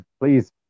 please